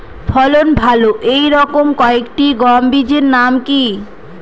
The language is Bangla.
ফলন ভালো এই রকম কয়েকটি গম বীজের নাম কি?